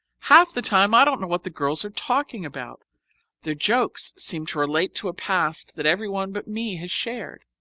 half the time i don't know what the girls are talking about their jokes seem to relate to a past that every one but me has shared.